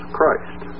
Christ